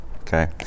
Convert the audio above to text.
Okay